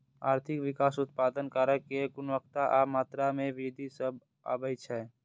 आर्थिक विकास उत्पादन कारक के गुणवत्ता आ मात्रा मे वृद्धि सं आबै छै